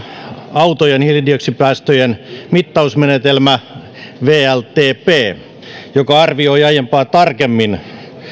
autojen hiilidioksidipäästöjen mittausmenetelmä wltp joka arvioi aiempaa tarkemmin